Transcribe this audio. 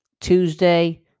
Tuesday